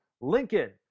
Lincoln